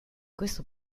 questo